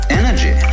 energy